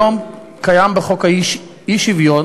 לעומתו, חוק ההטבות